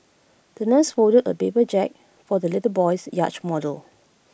the nurse folded A paper Jack for the little boy's yacht model